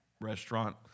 restaurant